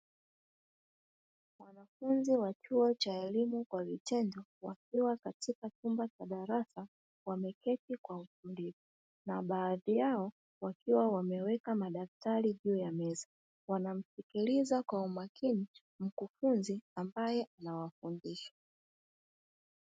Wanafunzi wa chuo cha vitendo wakiwa kwenye chuma cha darasa wameketi kwa mtiririko na baadhi yao wameweka madaftari juu ya meza wanamsikiliza kwa makini mkufunzi ambaye anawafundisha.